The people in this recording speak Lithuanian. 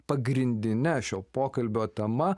pagrindine šio pokalbio tema